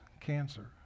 cancer